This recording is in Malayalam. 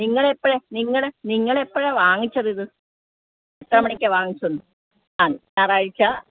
നിങ്ങളെപ്പഴാണ് നിങ്ങൾ നിങ്ങളെപ്പഴാണ് വാങ്ങിച്ചതിത് എത്ര മണിക്കാണ് വാങ്ങിച്ചത് ആ ഞായറാഴ്ച്ച